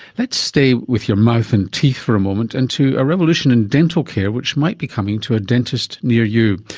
let's stay with your mouth and teeth for a moment and to a revolution in dental care which might be coming to a dentist near you.